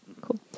cool